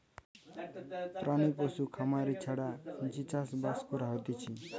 প্রাণী পশু খামারি ছাড়া যে চাষ বাস করা হতিছে